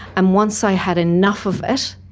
and once i had enough of it,